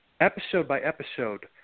episode-by-episode